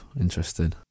interesting